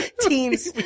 teams